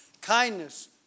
kindness